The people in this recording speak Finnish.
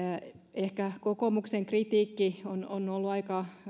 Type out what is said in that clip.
ehkä kokoomuksen kritiikki on on ollut aika